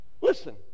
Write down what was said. Listen